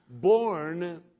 born